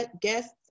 guests